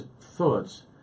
thoughts